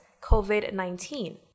COVID-19